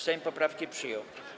Sejm poprawki przyjął.